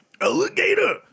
alligator